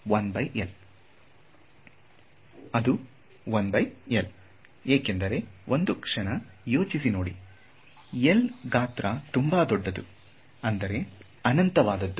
ಅದು 1L ಏಕೆಂದರೆ ಒಂದು ಕ್ಷಣ ಯೋಚಿಸಿ ನೋಡಿ L ಗಾತ್ರ ತುಂಬಾ ದೊಡ್ಡದು ಅಂದರೆ ಅನಂತ ವಾದದ್ದು